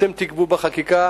אתם תקבעו בחקיקה.